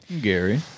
Gary